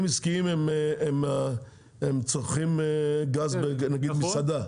--- צריכים להיות ברורים.